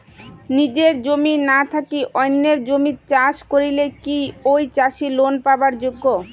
নিজের জমি না থাকি অন্যের জমিত চাষ করিলে কি ঐ চাষী লোন পাবার যোগ্য?